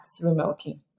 remotely